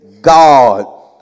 God